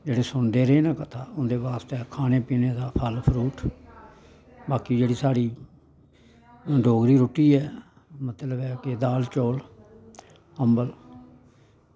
जेह्ड़े सुनदे रेह् न कथा उं'दे बास्तै खाने पीने दा फल्ल फ्रूट बाकी जेह्ड़ी साढ़ी डोगरी रुट्टी ऐ मतलब ऐ कि दाल चौल अंबल